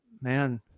man